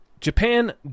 Japan